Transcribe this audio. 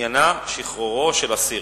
שעניינה שחרורו של אסיר.